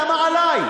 למה עלי?